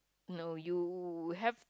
no you have